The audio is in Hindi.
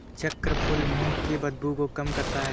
चक्रफूल मुंह की बदबू को कम करता है